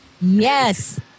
Yes